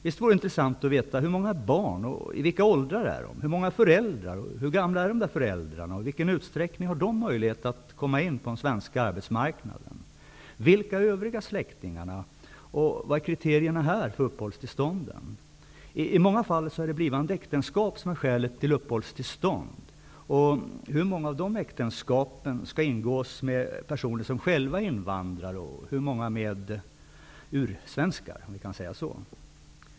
Det vore intressant att veta hur många barn det rör sig om, i vilka åldrar de är, hur många föräldrar och hur gamla de är, i vilken utsträckning de har möjlighet att komma in på den svenska arbetsmarknaden, vilka de övriga släktingarna är samt vilka kriterierna är för uppehållstillstånden. I många fall är det blivande äktenskap som är skälet till uppehållstillstånd. Hur många av dessa äktenskap ingås med personer som själva är invandrare och hur många ingås med så att säga ursvenskar?